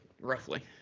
roughly